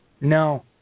No